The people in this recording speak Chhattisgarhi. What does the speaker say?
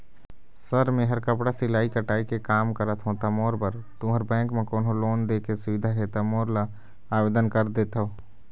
सर मेहर कपड़ा सिलाई कटाई के कमा करत हों ता मोर बर तुंहर बैंक म कोन्हों लोन दे के सुविधा हे ता मोर ला आवेदन कर देतव?